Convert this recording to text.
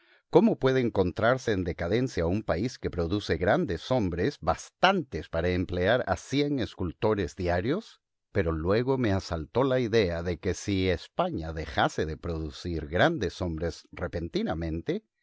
cómo puede encontrarse en decadencia un país que produce grandes hombres bastantes para emplear a cien escultores diarios pero luego me asaltó la idea de que si españa dejase de producir grandes hombres repentinamente